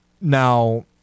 Now